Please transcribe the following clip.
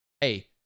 Hey